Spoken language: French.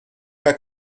m’as